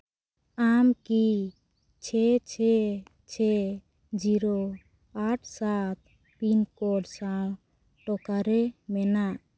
ᱟᱢ ᱠᱤ ᱪᱷᱮ ᱪᱷᱮ ᱪᱷᱮ ᱡᱤᱨᱳ ᱟᱴ ᱥᱟᱛ ᱯᱤᱱ ᱠᱚᱲ ᱥᱟᱶ ᱚᱠᱟᱨᱮ ᱢᱮᱱᱟᱜ